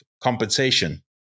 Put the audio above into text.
compensation